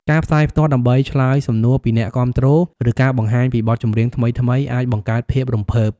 ការផ្សាយផ្ទាល់ដើម្បីឆ្លើយសំណួរពីអ្នកគាំទ្រ ឬការបង្ហាញពីបទចម្រៀងថ្មីៗ អាចបង្កើតភាពរំភើប។